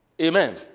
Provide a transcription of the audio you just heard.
Amen